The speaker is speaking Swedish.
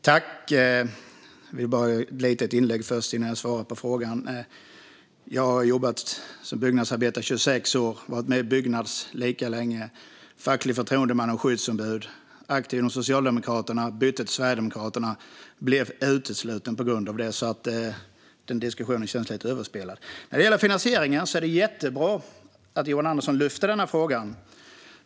Herr talman! Jag vill göra ett litet inlägg innan jag svarar på frågan. Jag har jobbat som byggnadsarbetare i 26 år och varit med i Byggnads lika länge. Jag har varit facklig förtroendeman och skyddsombud samt aktiv inom Socialdemokraterna. Jag bytte till Sverigedemokraterna och blev på grund av detta utesluten. Den diskussionen känns alltså lite överspelad. När det gäller finansieringen är det jättebra att Johan Andersson lyfter den frågan.